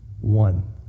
One